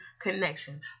Connection